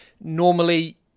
Normally